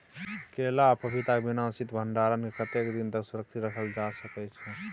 केला आ पपीता के बिना शीत भंडारण के कतेक दिन तक सुरक्षित रखल जा सकै छै?